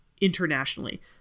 internationally